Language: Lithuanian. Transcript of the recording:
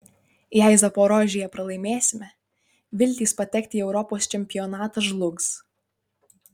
jei zaporožėje pralaimėsime viltys patekti į europos čempionatą žlugs